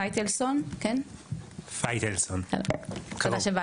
פייטלסון, תודה שבאת.